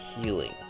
healing